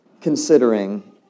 considering